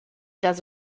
does